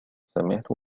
سمعت